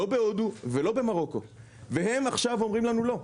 לא בהודו ולא במרוקו, והם עכשיו אומרים לנו לא,